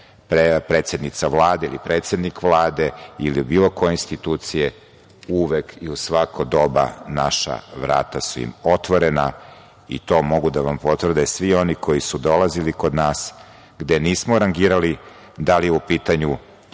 predsednica Vlade ili predsednik Vlade ili bilo koje institucije, uvek i u svako doba naša vrata su im otvorena i to mogu da vam potvrde svi oni koji su dolazili kod nas, gde nismo rangirali da li je u pitanju